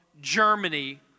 Germany